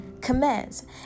commands